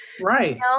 Right